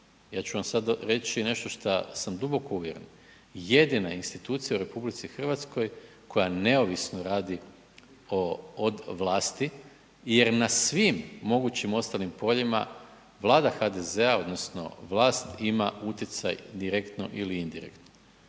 ja ću vam sad reći i nešto šta sam duboko uvjeren, jedina institucija u RH koja neovisno radi od vlasti jer na svim mogućim ostalim poljima Vlada HDZ-a, odnosno vlast ima utjecaj direktno ili indirektno